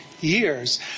years